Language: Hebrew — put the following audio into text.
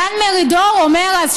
דן מרידור אומר אז,